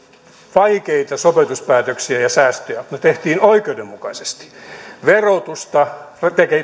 vaikeita sopeutuspäätöksiä ja säästöjä mutta ne tehtiin oikeudenmukaisesti verotusta